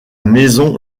maison